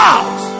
Out